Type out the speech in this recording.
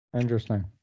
Interesting